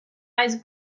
eyes